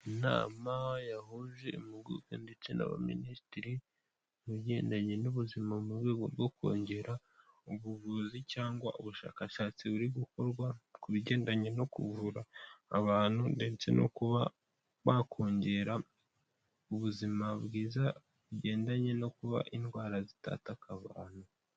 Inama yahuje impuguke ndetse naba minisitiri ubugendanye n'ubuzima mu rwego rwo kongera ubuvuzi cyangwa ubushakashatsi buri gukorwa ku bigendanye no kuvura abantu ndetse no kuba wakongera ubuzima bwiza bugendanye no kuba indwara zitatakaka abantu.